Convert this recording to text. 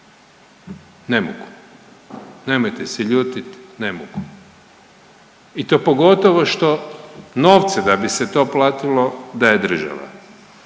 Ne mogu! Nemojte se ljutiti, ne mogu i to pogotovo što novce da bi se to platilo daje država.